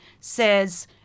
says